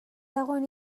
dagoen